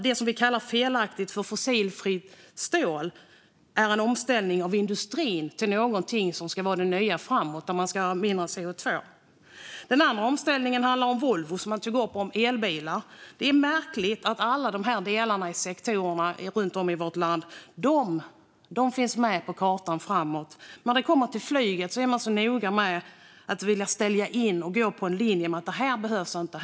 Det som vi felaktigt kallar för fossilfritt stål är en omställning av industrin till någonting som ska vara det nya i framtiden och där man ska ha mindre CO2. Den andra omställning som man tog upp handlar om Volvo och elbilar. Det är märkligt att alla de här delarna och sektorerna runt om i vårt land finns med på kartan inför framtiden, medan man när det kommer till flyget är noga med att gå på linjen att det här är något som inte behövs.